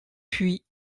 puis